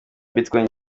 bitcoin